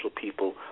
people